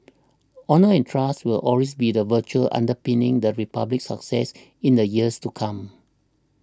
honour and trust will also be the virtues underpinning the Republic's success in the years to come